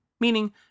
meaning